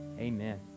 Amen